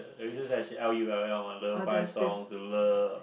actually L U L L mah lullaby songs